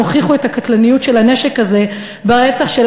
הם הוכיחו את הקטלניות של הנשק הזה ברצח של